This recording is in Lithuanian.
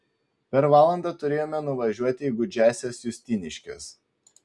per valandą turėjome nuvažiuoti į gūdžiąsias justiniškes